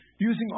using